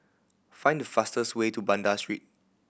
find the fastest way to Banda Street